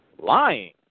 Lying